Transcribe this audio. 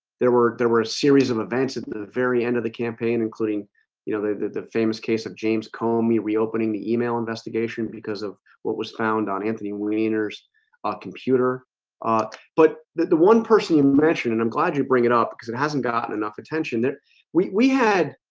there were there were a series of events at the very end of the campaign including you know the the famous case of james comey reopening the email investigation because of what was found on anthony weiner's ah computer but that the one person you and mentioned and i'm glad you bring it up because it hasn't gotten enough attention that we had